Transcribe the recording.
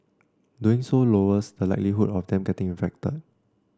doing so lowers the likelihood of them getting infected